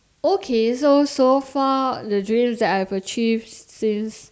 okay so so far the dreams that I have achieved since